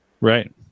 Right